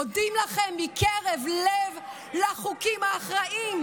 מודים לכם מקרב לב על החוקים האחראיים,